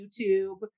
YouTube